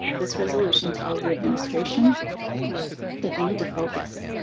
this resolution tells the administration that they need to focus.